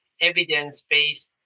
evidence-based